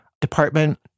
department